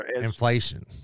inflation